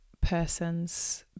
person's